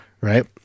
right